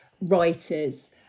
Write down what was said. writers